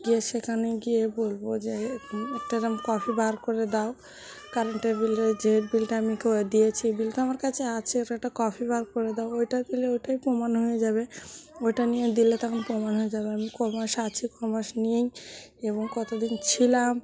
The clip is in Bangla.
গিয়ে সেখানে গিয়ে বলব যে একটা এরকম কপি বার করে দাও কারেন্টের বিলের যে বিলটা আমি তো দিয়েছি বিল তো আমার কাছে আছে ওটার একটা কপি বার করে দাও ওইটা দিলে ওইটাই প্রমাণ হয়ে যাবে ওইটা নিয়ে দিলে তখন প্রমাণ হয়ে যাবে আমি ক মাস আছি ক মাস নেই এবং কত দিন ছিলাম